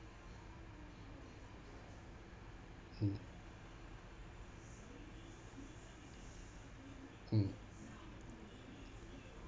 mm mm